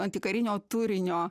antikarinio turinio